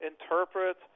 interpret